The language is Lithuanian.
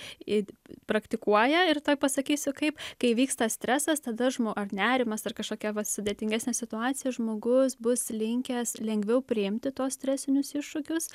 i praktikuoja ir tuoj pasakysiu kaip kai vyksta stresas tada žmo ar nerimas ar kažkokia vat sudėtingesnė situacija ir žmogus bus linkęs lengviau priimti tuos stresinius iššūkius